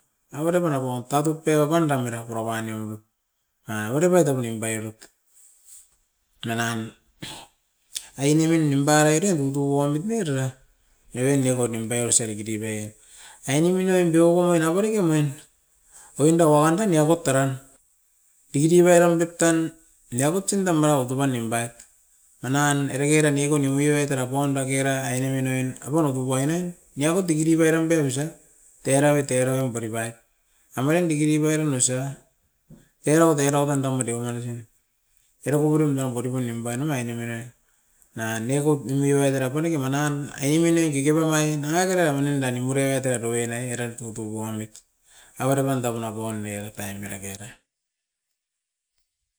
Avere pan apaun tatuk pioba panda mera kurapani omit, a-vere pai tapunim bairut, manan. Ainemin nimpuieroit ne tutuo nit ne rira, ere neko nimbe ose diki dive, ainemin nan biokon anda badiki mem, oinda wauan dan niako tara pidi beram diktan niabut tsun dam mara otopan nimpaiet manan erekeran neko nium oirat tera apaun da kera ainemin oin, avere tutuain ne, niakot diki di beiram bebusa tera oi, tera oi pari pam omain dikidi boiran ausa terau terau danda mate makasi. Era koporiom nao mate pai nimparau ainemin ai na neko numinoi tera paneke manan, ai menoi kiki pam ai nanga kera moni indan nimuroit era uruian ne era tutuguam oit. Avere pan tabina paun neo taim mera kera.